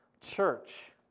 Church